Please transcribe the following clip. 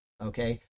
Okay